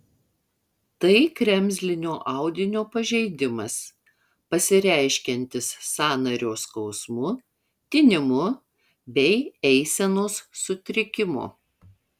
tai kremzlinio audinio pažeidimas pasireiškiantis sąnario skausmu tinimu bei eisenos sutrikimu